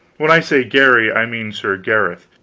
when i say garry i mean sir gareth.